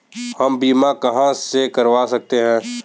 हम बीमा कहां से करवा सकते हैं?